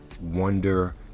Wonder